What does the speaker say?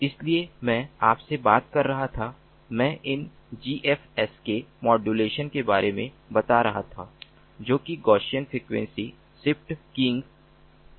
इसलिए मैं आपसे बात कर रहा था मैं इन GFSK मॉडुलेसन के बारे में बता रहा था जो कि गाउसियन फ्रीक्वेंसी शिफ्ट कीइंग है